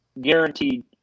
guaranteed